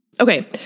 Okay